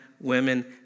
women